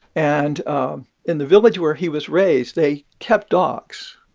and um in the village where he was raised, they kept dogs.